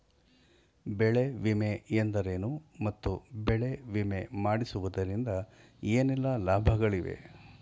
ಬೆಳೆ ವಿಮೆ ಎಂದರೇನು ಮತ್ತು ಬೆಳೆ ವಿಮೆ ಮಾಡಿಸುವುದರಿಂದ ಏನೆಲ್ಲಾ ಲಾಭಗಳಿವೆ?